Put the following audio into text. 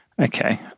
Okay